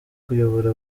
kuyobora